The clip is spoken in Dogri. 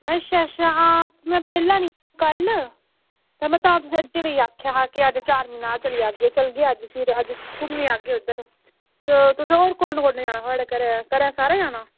अच्छा अच्छा आं में बेह्ला निं कल्ल ते में अज्जै लेई आक्खेआ की चार मीनार चली जाह्गे ते चलगे अज्ज फिर घुम्मनै गी जाह्गे अज्ज उद्धर ते होर तुसें कन्नै कुन्नै कुन्नै जाना घरा दा सारें जाना